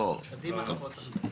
הבנתי.